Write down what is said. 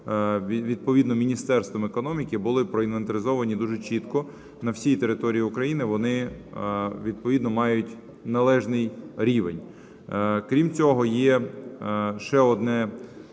відповідно Міністерством економіки були проінвентаризовані дуже чітко на всій території України, вони відповідно мають належний рівень. Крім цього, є ще одне